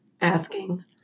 asking